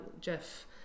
Jeff